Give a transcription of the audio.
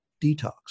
detox